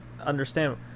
understand